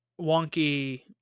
wonky